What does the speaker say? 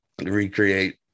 recreate